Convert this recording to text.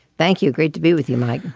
thank you. great to be with you, mike.